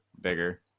bigger